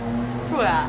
fruit ah